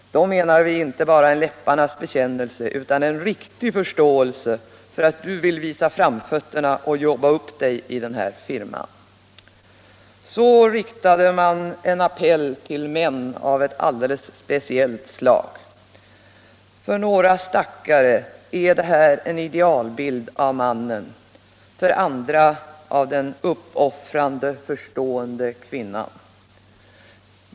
Då menar vi inte bara en läpparnas bekännelse Allmänpolitisk debatt Allmänpolitisk debatt utan en riktig förståelse för att du vill visa framfötterna och jobba upp dig i den här firman.” Så riktade man en appell till en man av ett alldeles speciellt slag. För några stackare är det en idealbild av mannen, för andra en idealbild av den ”förstående” och uppoffrande kvinnan.